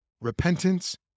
Repentance